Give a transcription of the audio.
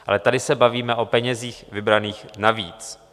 Ale tady se bavíme o penězích vybraných navíc.